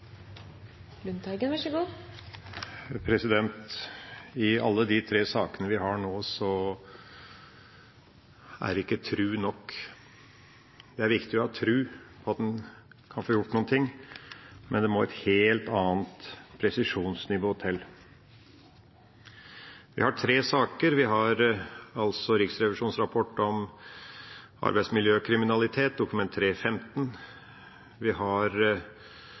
ikke tro nok. Det er viktig å ha tro på at man kan få gjort noe, men det må et helt annet presisjonsnivå til. Vi har tre saker. Vi har Riksrevisjonens rapport om arbeidsmiljøkriminalitet, Dokument 3:15, og vi har